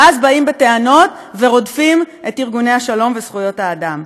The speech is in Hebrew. ואז באים בטענות ורודפים את ארגוני השלום וזכויות האדם.